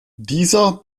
dieser